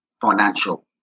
financial